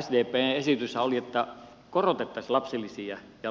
sdpn esityshän oli että korotetaan lapsilisiä ja laitetaan verolle